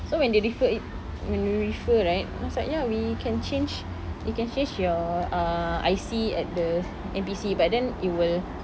so when they refer it when we refer right and I was like ya we can change we can change your uh I_C at the N_P_C but then it will